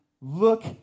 look